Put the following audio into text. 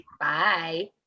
Bye